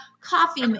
coffee